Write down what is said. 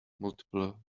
multiple